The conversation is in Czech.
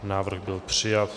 Návrh byl přijat.